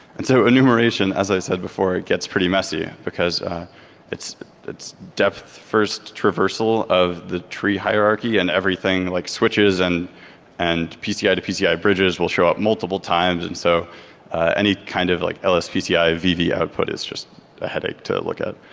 and so enumeration, as i said before, it gets pretty messy because it's it's depth first, traversal of the tree hierarchy and everything like switches and pci pci to pci bridges show up multiple times. and so any kind of like lspci vd output is just a headache to look out.